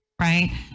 right